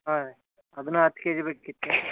ಹಾಂ ರೀ ಅದೂ ಹತ್ತು ಕೆ ಜಿ ಬೇಕಿತ್ತಾ